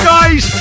Guys